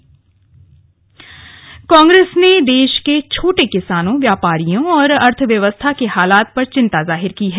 Congress press वार्ता कांग्रेस ने देश के छोटे किसानों व्यापारियों और अर्थव्यवस्था के हालात पर चिंता जाहिर की है